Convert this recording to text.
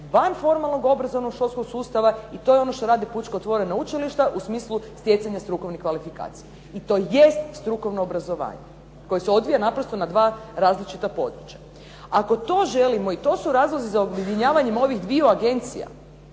van formalnog obrazovnog sustava i to je ono što čini Pučko otvoreno učilište u smislu stjecanja strukovnih kvalifikacija, i to jest strukovno obrazovanje, koje se odvija na dva različita područja. Ako to želimo i to su razlozi za objedinjavanjem ovih dviju Agencija,